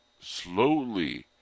slowly